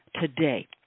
today